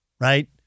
Right